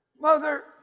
Mother